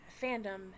fandom